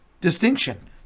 distinction